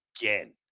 again